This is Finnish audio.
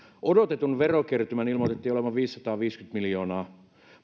odotetun verokertymän ilmoitettiin olevan viisisataaviisikymmentä miljoonaa